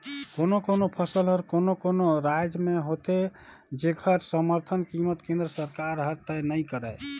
कोनो कोनो फसल हर कोनो कोनो रायज में होथे जेखर समरथन कीमत केंद्र सरकार हर तय नइ करय